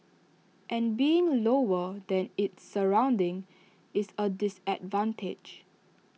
and being lower than its surroundings is A disadvantage